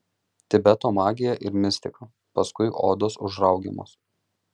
tibeto magija ir mistika paskui odos užraugiamos